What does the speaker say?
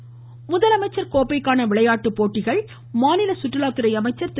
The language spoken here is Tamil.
விளையாட்டு முதலமைச்சர் கோப்பைக்கான விளையாட்டு போட்டிகள் மாநில சுற்றுலாத்துறை அமைச்சர் திரு